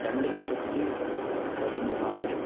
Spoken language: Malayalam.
രണ്ട് ലക്ഷത്തി പതിമൂവ്വായിരം